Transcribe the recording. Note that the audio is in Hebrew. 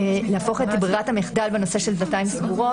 בררת המחדל בנושא של דלתיים סגורות,